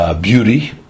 beauty